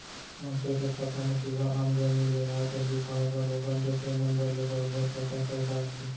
मनसे के खाता म सीधा आमदनी ले आयकर बिभाग ह लोगन के पेन नंबर ले बरोबर पता कर डारथे